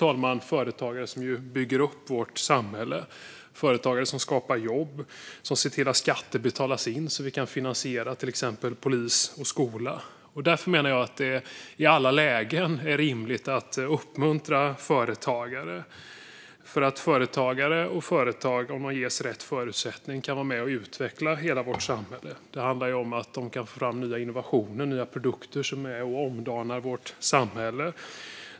Det är företagare som bygger upp vårt samhälle, som skapar jobb och som ser till att skatter betalas in så att vi kan finansiera till exempel polis och skola. Därför menar jag att det i alla lägen är rimligt att uppmuntra företagare. Företagare och företag kan om de ges rätt förutsättningar vara med och utveckla vårt samhälle. Det handlar om att de kan få fram nya innovationer och nya produkter som omdanar vårt samhälle.